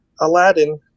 aladdin